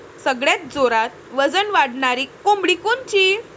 सगळ्यात जोरात वजन वाढणारी कोंबडी कोनची?